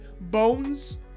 bones